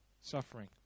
suffering